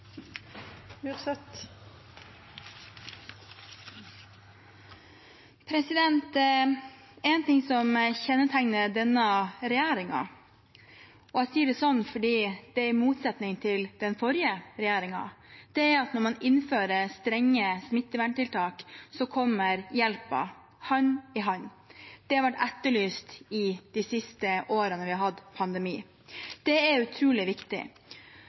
sånn fordi det er i motsetning til den forrige regjeringen – er at når man innfører strenge smitteverntiltak, kommer hjelpen hand i hand. Det har vært etterlyst de siste årene vi har hatt pandemi. Det er utrolig viktig.